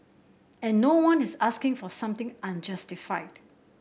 and no one is asking for something unjustified